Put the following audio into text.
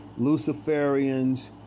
Luciferians